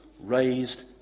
raised